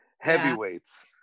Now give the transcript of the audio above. Heavyweights